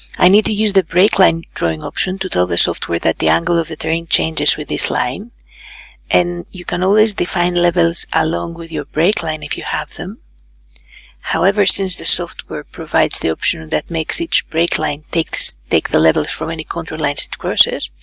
i need to use the break line drawing option option to tell the software that the angle of the terrain changes with this line and you can always define levels along with your break line if you have them however, since the software provides the option that makes each break line take the level from any contour lines it crosses,